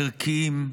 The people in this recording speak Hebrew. ערכיים,